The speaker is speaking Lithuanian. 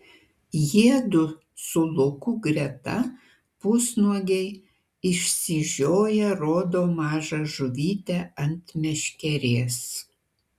jiedu su luku greta pusnuogiai išsižioję rodo mažą žuvytę ant meškerės